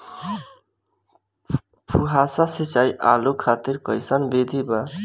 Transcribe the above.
फुहारा सिंचाई आलू खातिर कइसन विधि बा?